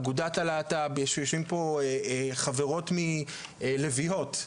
אגודת הלהט"ב, יושבים פה חברות מהלביאות,